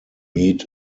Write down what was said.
meet